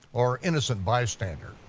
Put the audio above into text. or innocent bystander.